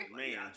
man